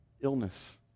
illness